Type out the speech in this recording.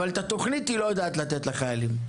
אבל את התוכנית היא לא יודעת לתת לחיילים,